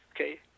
okay